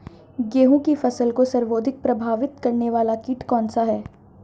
गेहूँ की फसल को सर्वाधिक प्रभावित करने वाला कीट कौनसा है?